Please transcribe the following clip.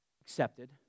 accepted